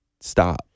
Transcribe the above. stop